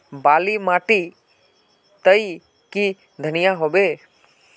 बाली माटी तई की धनिया होबे?